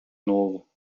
novo